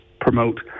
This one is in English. promote